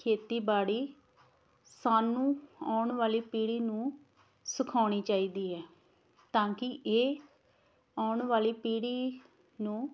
ਖੇਤੀਬਾੜੀ ਸਾਨੂੰ ਆਉਣ ਵਾਲੀ ਪੀੜ੍ਹੀ ਨੂੰ ਸਿਖਾਉਣੀ ਚਾਹੀਦੀ ਹੈ ਤਾਂ ਕਿ ਇਹ ਆਉਣ ਵਾਲੀ ਪੀੜ੍ਹੀ ਨੂੰ